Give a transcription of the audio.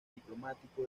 diplomático